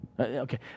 Okay